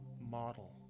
model